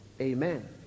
Amen